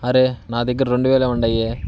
అరే నా దగ్గర రెండు వేలే ఉన్నాయే